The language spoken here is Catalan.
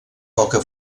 poca